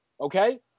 okay